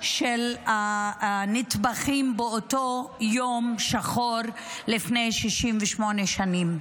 של הנטבחים באותו יום שחור לפני 68 שנים.